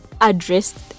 addressed